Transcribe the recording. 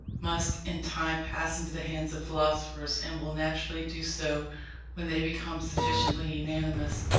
must in time pass into the hands of philosophers, and will naturally do so when they become sufficiently unanimous,